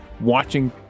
watching